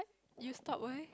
you stop where